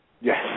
Yes